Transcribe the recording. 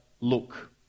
look